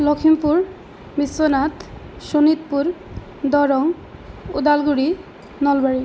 लोखिंपुर् विश्वनाथः शुनित्पुर् दोरोङ् उदाल्गुडि नोल्वरि